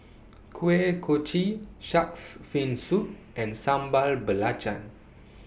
Kuih Kochi Shark's Fin Soup and Sambal Belacan